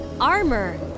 armor